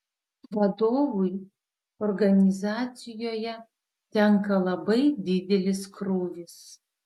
vadovui organizacijoje tenka labai didelis krūvis